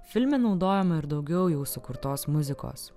filme naudojama ir daugiau jau sukurtos muzikos